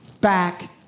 back